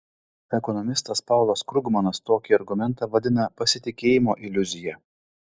ekonomistas paulas krugmanas tokį argumentą vadina pasitikėjimo iliuzija